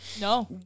No